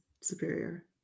superior